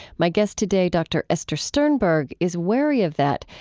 my guest today, dr. esther sternberg, is wary of that,